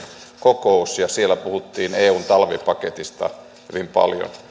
kokous ja siellä puhuttiin eun talvipaketista hyvin paljon